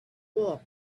walk